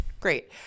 great